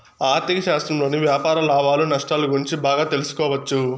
ఆర్ధిక శాస్త్రంలోని వ్యాపార లాభాలు నష్టాలు గురించి బాగా తెలుసుకోవచ్చు